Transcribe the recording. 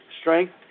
strength